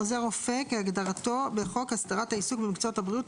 עוזר רופא כהגדרתו בחוק הסדרת העיסוק במקצועות הבריאות,